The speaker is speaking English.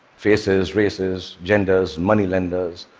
faces, races, genders, money-lenders.